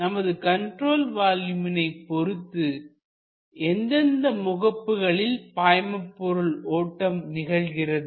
நமது கண்ட்ரோல் வால்யூமினை பொறுத்து எந்தெந்த முகப்புகளில் பாய்மபொருள் ஓட்டம் நிகழ்கிறது